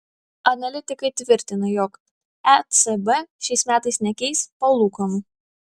analitikai tvirtina jog ecb šiais metais nekeis palūkanų